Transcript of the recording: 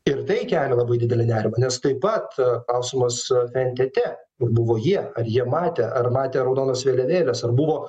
ir tai kelia labai didelį nerimą nes taip pat klausimas fntt buvo jie ar jie matė ar matė raudonas vėliavėlės ar buvo